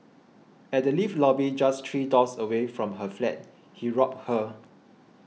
at the lift lobby just three doors away from her flat he robbed her